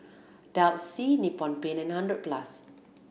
Delsey Nippon Paint and Hundred Plus